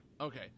okay